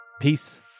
Peace